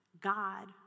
God